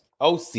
OC